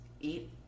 Eat